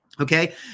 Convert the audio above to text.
okay